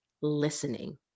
listening